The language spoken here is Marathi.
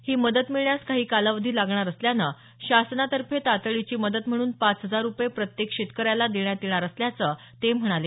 ही मदत मिळण्यास काही कालावधी लागणार असल्यानं शासनातर्फे तातडीची मदत म्हणून पाच हजार रूपये प्रत्येक शेतकऱ्यांना देण्यात येणार असल्याचं ते म्हणाले